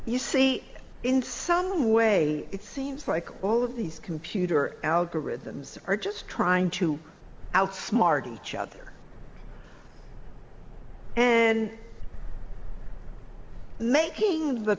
you see in some way it seems like all of these computer algorithms are just trying to outsmart each other and making the